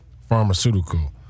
pharmaceutical